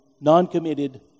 non-committed